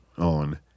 on